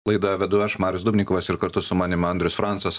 laidą vedu aš marius dubnikovas ir kartu su manim andrius francas